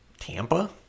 Tampa